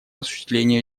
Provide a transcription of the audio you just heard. осуществлению